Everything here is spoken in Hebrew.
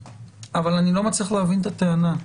אבל אני לא מצליח להבין את הטענה.